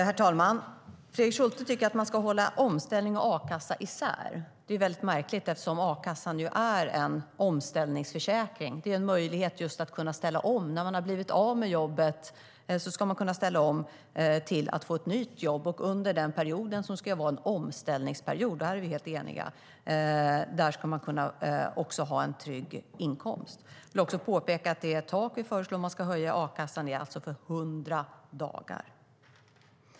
Herr talman! Fredrik Schulte tycker att man ska hålla isär omställning och a-kassa. Det är väldigt märkligt eftersom a-kassan är en omställningsförsäkring. Det är en möjlighet att ställa om. När man har blivit av med jobbet ska man kunna ställa om till att få ett nytt jobb. Under den perioden, som ska vara en omställningsperiod - där är vi helt eniga - ska man ha en trygg inkomst. Jag vill också påpeka att det tak vi föreslår att man ska höja a-kassan till är för 100 dagar.